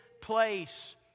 place